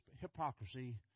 hypocrisy